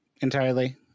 entirely